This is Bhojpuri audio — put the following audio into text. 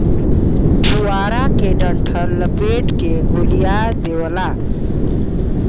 पुआरा के डंठल लपेट के गोलिया देवला